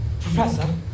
Professor